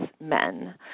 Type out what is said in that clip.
men